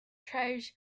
tribes